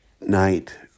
night